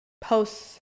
posts